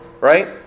Right